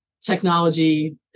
technology